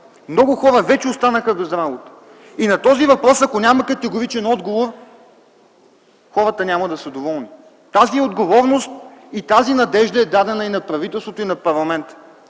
Много хора вече останаха без работа. И ако няма категоричен отговор на този въпрос, хората няма да са доволни. Тази отговорност и тази надежда е дадена и на правителството, и на парламента.